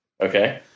Okay